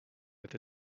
with